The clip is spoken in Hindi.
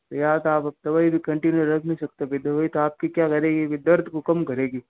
यह तो आप दवाई कंटिन्यू रख नहीं सकते अभी दवाई तो आपकी क्या करेगी यह दर्द को कम करेगी